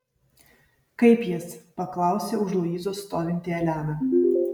kaip jis paklausė už luizos stovinti elena